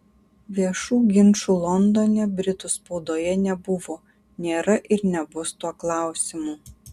viešų ginčų londone britų spaudoje nebuvo nėra ir nebus tuo klausimu